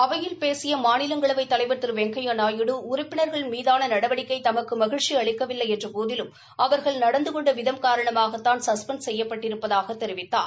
அவையில் பேசிய மாநிலங்களவை தலைவர் திரு வெங்கையா நாயுடு உறுப்பினர்கள் மீதான நடவடிக்கை தமக்கு மகிழ்சசி அளிக்கவில்லை என்றபோதிலும் அவர்கள் நடந்துகொண்ட விதம் காரணமாகத்தான் சஸ்பெண்ட் செய்யப்பட்டிருப்பதாக தெரிவித்தார்